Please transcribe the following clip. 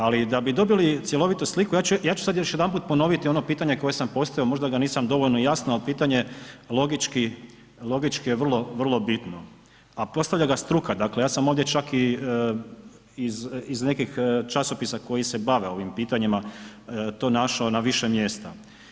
Ali da bi dobili cjelovitu sliku, ja ću sad još jedanput ponoviti ono pitanje koje sam postavio, možda ga nisam dovoljno jasno, al pitanje logički, logički je vrlo bitno, a postavlja ga struka, dakle, ja sam ovdje čak i iz nekih časopisa koji se bave ovim pitanjima to našao na više mjesta.